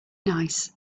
nice